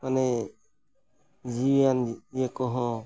ᱢᱟᱱᱮ ᱡᱤᱣᱤᱭᱟᱱ ᱤᱭᱟᱹ ᱠᱚᱦᱚᱸ